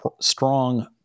strong